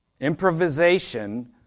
Improvisation